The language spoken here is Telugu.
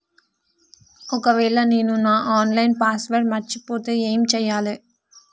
ఒకవేళ నేను నా ఆన్ లైన్ పాస్వర్డ్ మర్చిపోతే ఏం చేయాలే?